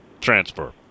transfer